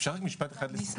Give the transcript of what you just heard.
אפשר עוד משפט אחד לסיום?